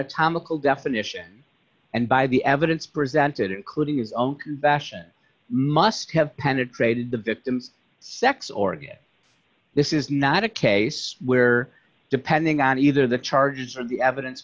anatomical definitions and by the evidence presented including his own bashan must have penetrated the victim's sex organs this is not a case where depending on either the charges or the evidence